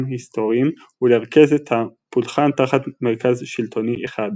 היסטוריים ולרכז את הפולחן תחת מרכז שלטוני אחד.